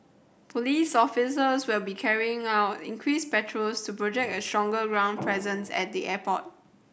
police officers will be carrying out increased patrols to project a stronger ground presence at the airport